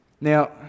Now